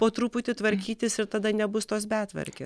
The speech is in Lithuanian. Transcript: po truputį tvarkytis ir tada nebus tos betvarkė